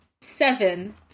seven